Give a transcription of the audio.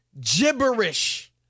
gibberish